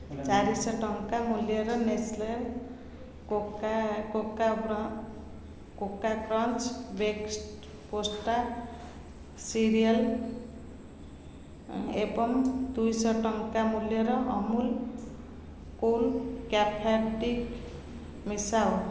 ଚାରିଶହ ଟଙ୍କା ମୂଲ୍ୟର Nestle Koko Krunch breakfast cereal ଏବଂ ଦୁଇଶହ ଟଙ୍କା ମୂଲ୍ୟର ଅମୁଲ୍ କୂଲ୍ କ୍ୟାଫେ ଡ୍ରିଙ୍କ୍ ମିଶାଅ